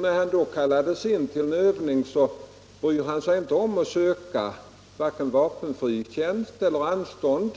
När han sedan kallades in till en övning brydde han sig inte om att söka vare sig vapenfri tjänst eller anstånd